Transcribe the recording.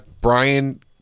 Brian